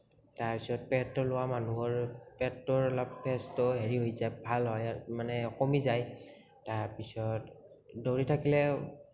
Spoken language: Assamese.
তাৰপাছত পেট ওলোৱা মানুহৰ পেটটোৰ অলপ ফেটচটো হেৰি হৈ যায় ভাল হয় মানে কমি যায় তাৰপিছত দৌৰি থাকিলে